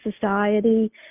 Society